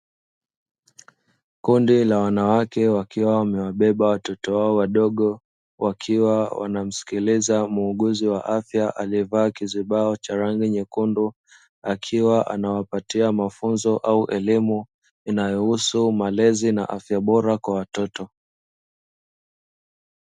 Kundi la wanawake wakiwa wamewabeba watoto wao wadogo, wakiwa wanamsikiliza muuguzi wa afya aliyevaa kizibao cha rangi nyekundu, akiwa anawapatia mafunzo au elimu inayohusu malezi na afya bora kwa watoto.